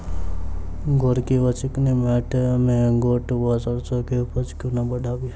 गोरकी वा चिकनी मैंट मे गोट वा सैरसो केँ उपज कोना बढ़ाबी?